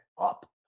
up